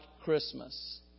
Christmas